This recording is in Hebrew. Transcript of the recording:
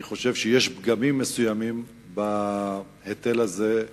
אני חושב שיש פגמים מסוימים בהיטל הזה,